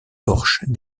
porsche